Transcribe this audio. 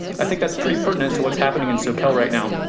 i think that's pretty pertinent to what's happening in socal right now.